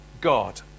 God